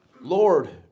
Lord